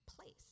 place